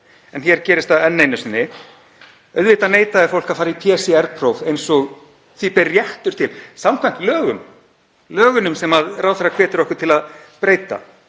Hér gerist það enn einu sinni. Auðvitað neitaði fólk að fara í PCR-próf eins og því ber réttur til samkvæmt lögum, lögunum sem ráðherra hvetur okkur til að breyta.